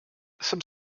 some